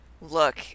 look